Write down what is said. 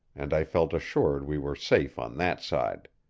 and i felt assured we were safe on that side.